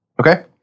Okay